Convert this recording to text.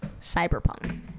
cyberpunk